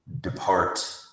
depart